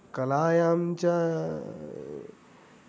कलायां च